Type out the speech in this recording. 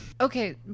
Okay